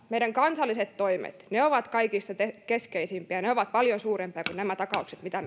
meidän kansalliset toimet ovat kaikista keskeisimpiä ja ne ovat paljon suurempia kuin nämä takaukset mitä